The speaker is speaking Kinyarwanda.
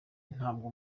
ntabwo